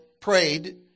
prayed